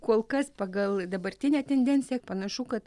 kol kas pagal dabartinę tendenciją panašu kad